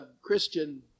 Christian